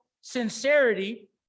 sincerity